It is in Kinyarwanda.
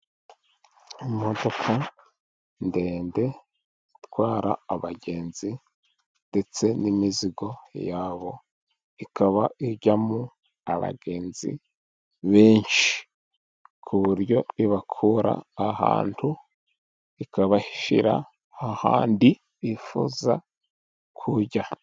Imodoka ndende itwara abagenzi ndetse n'imizigo yabo. Ikaba ijyamo abagenzi benshi ku buryo ibakura ahantu ikabashyira ahandi bifuza kujya.